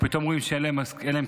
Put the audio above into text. ופתאום רואות שאין להן כסף,